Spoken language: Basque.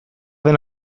den